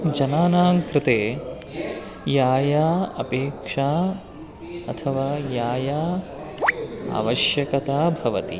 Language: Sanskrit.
जनानां कृते या या अपेक्षा अथवा या या आवश्यकता भवति